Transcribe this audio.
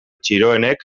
txiroenek